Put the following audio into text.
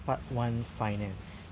part one finance